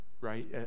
right